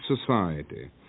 society